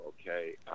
okay